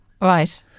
Right